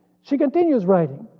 she continues writing.